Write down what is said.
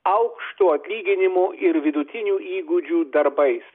aukšto atlyginimo ir vidutinių įgūdžių darbais